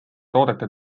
toodete